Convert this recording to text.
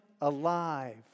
alive